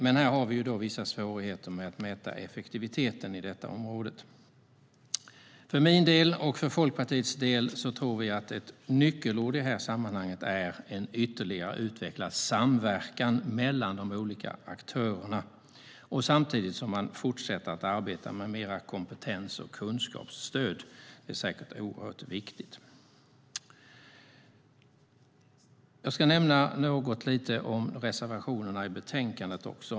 Men här har vi vissa svårigheter med att mäta effektiviteten på detta område. För min del, och för Folkpartiets del, tror vi att ett nyckelord i sammanhanget är en ytterligare utvecklad samverkan mellan de olika aktörerna samtidigt som man fortsätter att arbeta med mer kompetens och kunskapsstöd. Det är säkert oerhört viktigt. Jag ska nämna något lite om reservationerna i betänkandet.